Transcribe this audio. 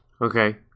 okay